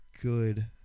good